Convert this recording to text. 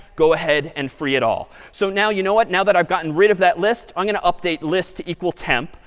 go ahead and free it all. so now, you know what, now that i've gotten rid of that list, i'm going to update list equal temp,